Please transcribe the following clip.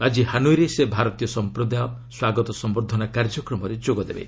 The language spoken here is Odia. ଆଜି ହାନୋଇରେ ସେ ଭାରତୀୟ ସମ୍ପ୍ରଦାୟ ସ୍ୱାଗତ ସମ୍ଭର୍ଦ୍ଧନା କାର୍ଯ୍ୟକ୍ରମରେ ଯୋଗ ଦେବେ